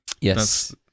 yes